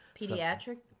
Pediatric